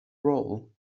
role